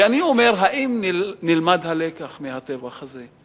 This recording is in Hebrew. ואני אומר, האם נלמד הלקח מהטבח הזה?